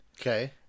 Okay